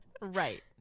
right